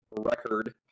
record